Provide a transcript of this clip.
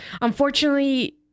unfortunately